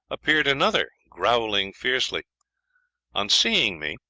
appeared another, growling fiercely on seeing me,